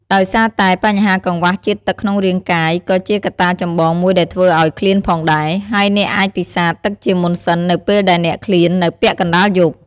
ដោយសារតែបញ្ហាកង្វះជាតិទឹកក្នុងរាង្គកាយក៏ជាកត្តាចម្បងមួយដែលធ្វើឲ្យឃ្លានផងដែរ ហើយអ្នកអាចពិសារទឹកជាមុនសិននៅពេលដែលអ្នកឃ្លាននៅពាក់កណ្តាលយប់។